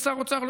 לא